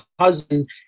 husband